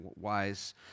wise